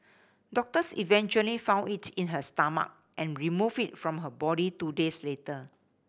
doctors eventually found it in her stomach and removed it from her body two days later